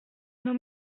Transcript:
nos